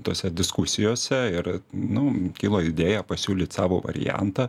tose diskusijose ir nu kilo idėja pasiūlyt savo variantą